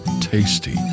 tasty